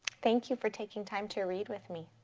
thank you for taking time to read with me.